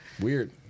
Weird